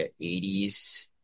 80s